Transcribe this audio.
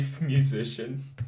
musician